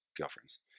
girlfriends